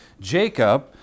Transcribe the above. Jacob